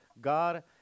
God